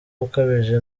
ukabije